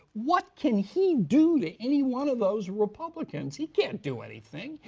what can he do to any one of those republicans? he can't do anything.